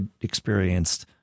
experienced